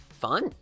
Fun